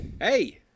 hey